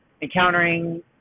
encountering